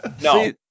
No